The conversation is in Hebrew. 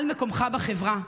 על מקומך בחברה.